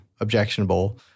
objectionable